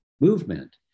movement